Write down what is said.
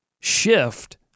shift